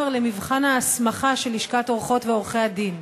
למבחן ההסמכה של לשכת עורכות ועורכי-הדין.